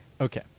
Okay